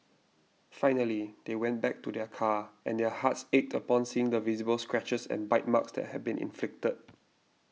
finally they went back to their car and their hearts ached upon seeing the visible scratches and bite marks that had been inflicted